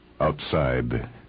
Outside